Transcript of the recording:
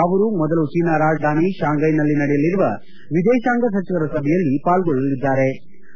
ಅವರು ಮೊದಲು ಚೀನಾ ರಾಜಧಾನಿ ಶಾಂಫ್ಲೆನಲ್ಲಿ ನಡೆಯಲಿರುವ ವಿದೇಶಾಂಗ ಸಚಿವರ ಸಭೆಯಲ್ಲಿ ಪಾಲ್ಗೊಕ್ಲಲಿದ್ಗಾರೆ